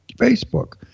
Facebook